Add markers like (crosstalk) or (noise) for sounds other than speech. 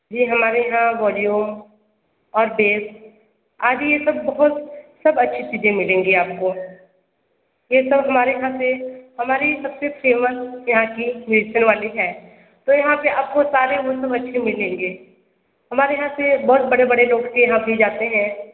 जी हमारे यहाँ वोल्यूम और बेस आज ये सब बहुत सब अच्छी चीज़ें मिलेंगी आपको ये सब हमारे यहाँ से हमारी सब से फेमस यहाँ की (unintelligible) वाली है तो यहाँ पर आपको सारे वो सब अच्छे मिलेंगे हमारे यहाँ से बहुत बड़े बड़े लोग के यहाँ भी जाते हैं